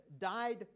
died